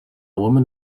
woman